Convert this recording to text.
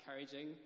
encouraging